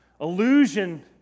illusion